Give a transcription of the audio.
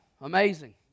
amazing